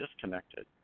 disconnected